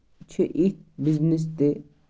چِھِ یِتھ بزنٮ۪س تہِ